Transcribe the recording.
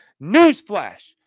Newsflash